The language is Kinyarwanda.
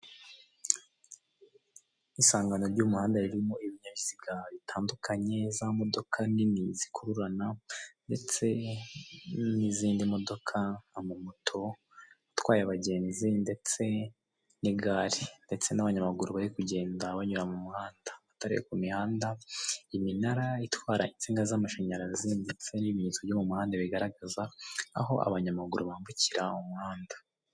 Isangano ry'umuhanda ririmo ibinyabiziga bitandukanye, za modoka nini zikururana ndetse n'izindi modoka, amamoto atwaye abagenzi ndetse n'igare ndetse n'abanyamaguru bari kugenda banyura mu muhanda. Amatara yo ku mihanda, iminara itwara insinga z'amashanyarazi ndetse n'ibimenyetso byo mu muhanda bigaragaza aho abanyamaguru bambukira umuhanda.